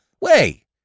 Way